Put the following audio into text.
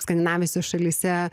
skandinavijose šalyse